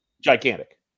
gigantic